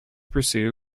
pursue